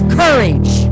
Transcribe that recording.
courage